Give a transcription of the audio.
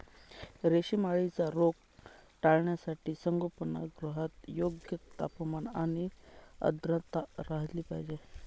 रेशीम अळीचा रोग टाळण्यासाठी संगोपनगृहात योग्य तापमान आणि आर्द्रता राखली पाहिजे